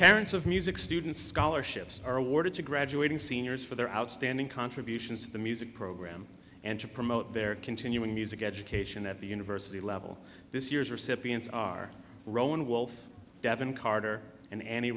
parents of music students scholarships are awarded to graduating seniors for their outstanding contributions to the music program and to promote their continuing music education at the university level this year's recipients are rolling wolf devon carter and an